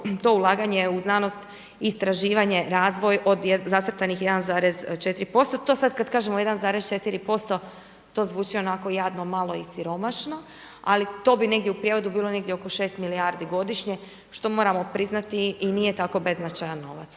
to ulaganje u znanost, istraživanje, razvoj od zacrtanih 1,4%. To sad kad kažemo 1,4% to zvuči onako jadno, malo i siromašno, ali to bi negdje u prijevodu bilo negdje 6 milijardi godišnje što moramo priznati i nije tako beznačajan novac.